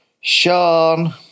Sean